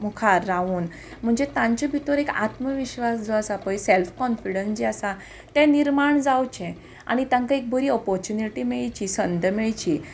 मुखार रावून म्हणजे तांचे भितर एक आत्मविश्वास जो आसा पय सेल्फ कॉन्फिडन्स जे आसा तें निर्माण जावचे आनी तांकां एक बरी ऑपोर्च्युनिटी मेळची संद मेळची